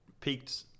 peaked